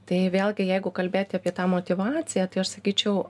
tai vėlgi jeigu kalbėti apie tą motyvaciją tai aš sakyčiau